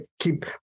keep